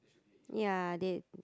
ya they